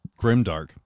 grimdark